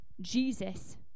Jesus